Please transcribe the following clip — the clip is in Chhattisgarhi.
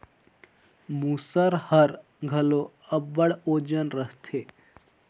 मूसर हर घलो अब्बड़ ओजन रहथे